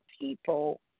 people